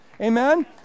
Amen